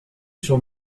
sur